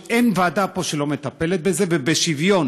אין ועדה פה שלא מטפלת בזה, ובשוויון,